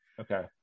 okay